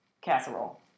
casserole